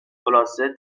خلاصه